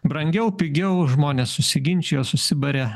brangiau pigiau žmonės susiginčijo susibarė